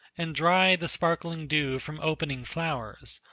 and dry the sparkling dew from opening flowers,